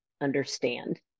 understand